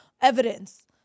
evidence